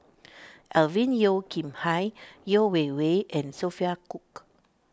Alvin Yeo Khirn Hai Yeo Wei Wei and Sophia Cooke